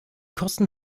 kosten